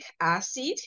acid